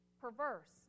perverse